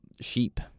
Sheep